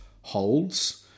holds